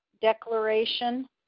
declaration